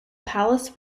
palace